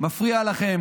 מפריע לכם,